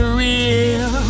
real